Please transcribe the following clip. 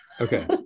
Okay